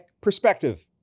perspective